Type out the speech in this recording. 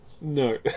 No